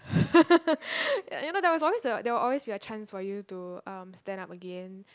you know that was always a that will always be a chance for you to um stand up again